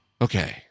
okay